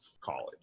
college